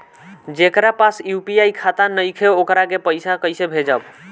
जेकरा पास यू.पी.आई खाता नाईखे वोकरा के पईसा कईसे भेजब?